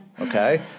Okay